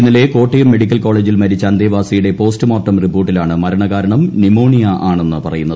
ഇന്നലെ കോട്ടയം മെഡിക്കൽ കോളജിൽ മരിച്ച അന്തേവാസിയുടെ പോസ്റ്റ്മോർട്ടം റിപ്പോർട്ടിലാണ് മരണകാരണം ന്യുമോണിയ ആണെന്ന് പറയുന്നത്